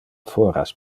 foras